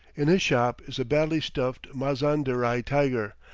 in his shop is a badly stuffed mazanderaii tiger,